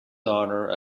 honor